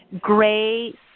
gray